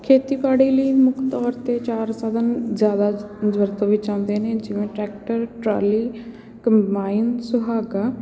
ਖੇਤੀਬਾੜੀ ਲਈ ਮੁੱਖ ਤੌਰ 'ਤੇ ਚਾਰ ਸਾਧਨ ਜ਼ਿਆਦਾ ਵਰਤੋਂ ਵਿੱਚ ਆਉਂਦੇ ਨੇ ਜਿਵੇਂ ਟਰੈਕਟਰ ਟਰਾਲੀ ਕੰਬਾਇਨ ਸੁਹਾਗਾ